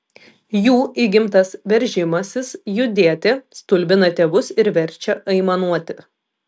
jų įgimtas veržimasis judėti stulbina tėvus ir verčia aimanuoti